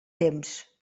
temps